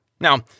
Now